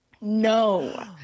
No